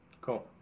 Cool